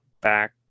back